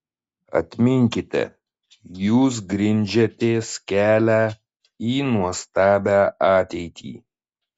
atminkite jūs grindžiatės kelią į nuostabią ateitį